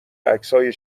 عکسهای